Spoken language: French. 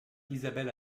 isabelle